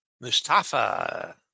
Mustafa